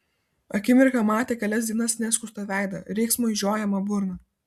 akimirką matė kelias dienas neskustą veidą riksmui žiojamą burną